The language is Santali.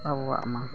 ᱟᱵᱚᱣᱟᱜᱼᱢᱟ